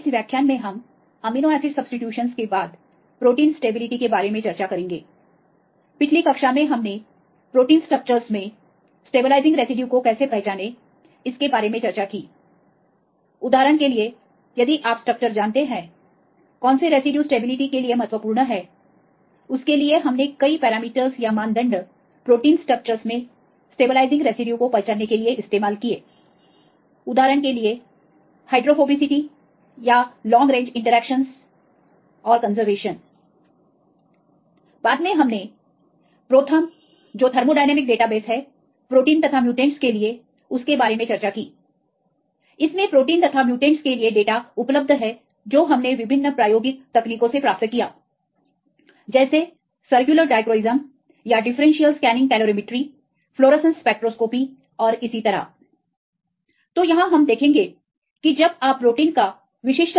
इस व्याख्यान में हम अमीनो एसिड सब्सीट्यूशंस के बाद प्रोटीन स्टेबिलिटी के बारे में चर्चा करेंगे पिछली कक्षा में हमने प्रोटीन स्ट्रक्चरस में स्टेबलाइजिंग रेसिड्यूज को कैसे पहचाने इसके बारे में चर्चा की उदाहरण के लिए यदि आप स्ट्रक्चर जानते हैं कौन से रेसिड्यूज स्टेबिलिटी के लिए महत्वपूर्ण है उसके लिए हमने कई मानदंड प्रोटीन स्ट्रक्चरस में स्टेबलाइजिंग रेसिड्यूज को पहचानने के लिए इस्तेमाल किए जैसे हाइड्रोफोबिसिटी या लॉन्ग रेंजकांटेक्टस और कंजर्वेशनस बाद में हमने प्रोथर्म जो थर्मोडायनेमिक डेटाबेस है प्रोटीन तथा म्युटेंट्स के लिए उसके बारे में चर्चा की इसमें प्रोटीन तथा म्युटेंट्स के लिए डेटा उपलब्ध है जो हमने विभिन्न प्रायोगिक तकनीकों से प्राप्त किया जैसे सर्कुलर डायक्रॉयज्म या differential scanning calorimetry fluorescence spectroscopy और इसी तरह तो यहां हम देखेंगे कि जब आप प्रोटीन का विशिष्ट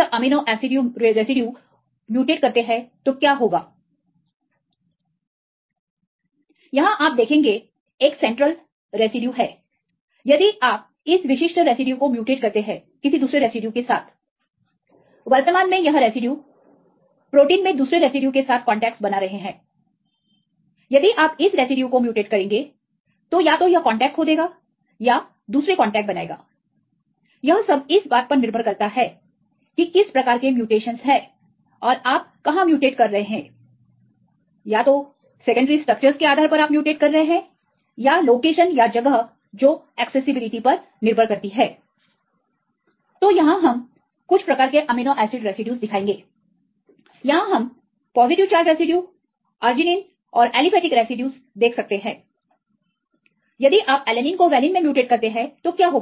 अमीनो एसिड रेसिड्यू म्यूटेट करते हैं तो क्या होगा यहां आप देखेंगे एक सेंट्रल रेसिड्यू है यदि आप इस विशिष्ट रेसिड्यू को म्यूटेट करते हैं किसी दूसरे रेसिड्यूज के साथ वर्तमान में यह रेसिड्यूज प्रोटीन में दूसरे रेसिड्यूज के साथ कांटेक्स बना रहे हैं यदि आप इस रेसिड्यू को म्यूटेट करेंगे तो या तो यह कांटेक्ट खो देगा या दूसरे कांटेक्ट बनाएगा यह निर्भर करता है किस प्रकार की म्यूटेशंस है और आप कहां म्यूटेट कर रहे हैं या तो सेकेंडरी स्ट्रक्चरस के आधार पर या जगह जो एक्सेसिबिलिटी पर निर्भर करती है तो यहां हम कुछ प्रकार के अमीनो एसिड रेसिड्यूज दिखाएंगे यहां हम पॉजिटिव चार्ज रेसिड्यूज अर्जिनिन और एलिफेटिक रेसिड्यूज देख सकते हैं यदि आप एलेनिन को वैलीन में म्यूटेट करते हैं तो क्या होगा